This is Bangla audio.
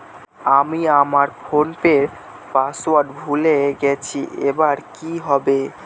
আমি আমার ফোনপের পাসওয়ার্ড ভুলে গেছি এবার কি হবে?